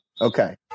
Okay